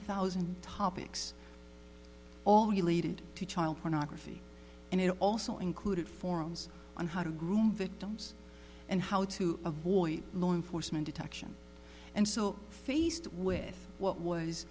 thousand topics all related to child pornography and it also included forums on how to groom victims and how to avoid law enforcement detection and so faced with what was